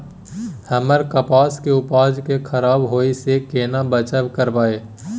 हम कपास के उपज के खराब होय से केना बचाव करबै?